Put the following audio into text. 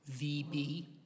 VB